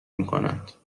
میکنند